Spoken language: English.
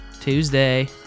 Tuesday